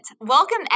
Welcome